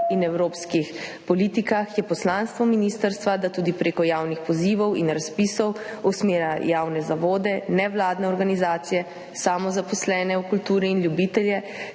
in evropskih politikah, je poslanstvo ministrstva, da tudi prek javnih pozivov in razpisov usmerja javne zavode, nevladne organizacije, samozaposlene v kulturi in ljubitelje